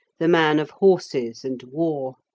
the man of horses and war.